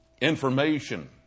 Information